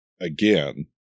again